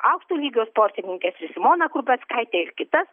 aukšto lygio sportininkes ir simoną krupeckaitę ir kitas